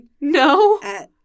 No